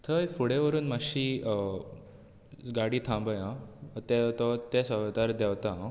थंय फुडें व्हरून मातशी गाडी थांबय आं अतय थंय त्या शोपर देवतां हांव